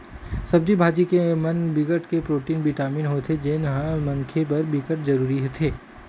सब्जी भाजी के म बिकट के प्रोटीन, बिटामिन होथे जेन ह मनखे बर बिकट जरूरी होथे